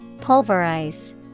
Pulverize